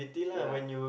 ya